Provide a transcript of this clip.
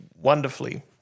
wonderfully